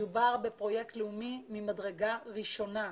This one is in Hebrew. מדובר בפרויקט לאומי ממדרגה ראשונה.